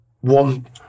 one